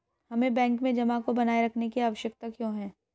हमें बैंक में जमा को बनाए रखने की आवश्यकता क्यों है?